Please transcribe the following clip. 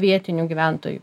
vietinių gyventojų